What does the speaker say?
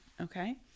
Okay